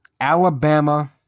Alabama